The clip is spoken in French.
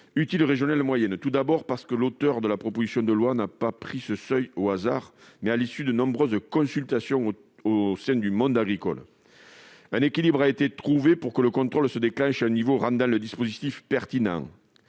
utile régionale moyenne. L'auteur de la proposition de loi n'a pas choisi ce seuil au hasard, mais à l'issue de nombreuses consultations au sein du monde agricole. Un équilibre a été trouvé pour que le contrôle se déclenche à un niveau rendant le dispositif pertinent.